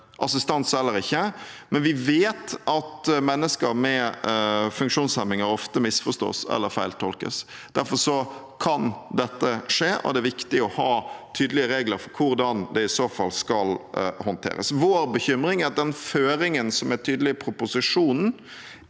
assistanse eller ikke, men vi vet at mennesker med funksjonshemninger ofte misforstås eller feiltolkes. Derfor kan dette skje, og det er viktig å ha tydelige regler for hvordan det i så fall skal håndteres. Vår bekymring er at den føringen som er tydelig i proposisjonen,